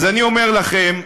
אז אני אומר לכם,